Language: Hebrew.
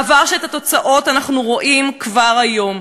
מעבר שאת התוצאות שלו אנחנו רואים כבר היום.